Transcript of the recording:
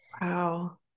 Wow